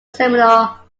seminar